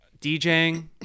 DJing